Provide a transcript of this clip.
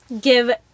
give